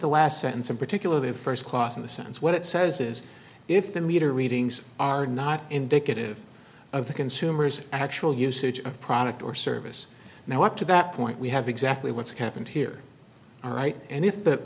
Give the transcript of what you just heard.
the last sentence in particular the first clause in the sense what it says is if the meter readings are not indicative of the consumer's actual usage of the product or service now up to that point we have exactly what's happened here all right and if the